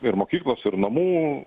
ir mokyklos ir namų